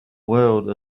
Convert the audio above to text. world